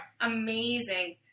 Amazing